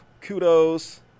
Kudos